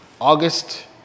August